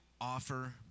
offer